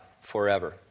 forever